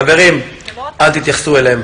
חברים, אל תתייחסו אליהם.